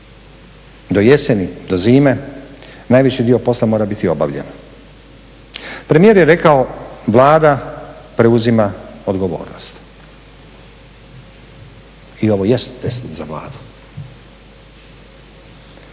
do jeseni, do zime najveći dio posla mora biti obavljen. Premijer je rekao Vlada preuzima odgovornost. I ovo jest test za Vladu.